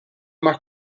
más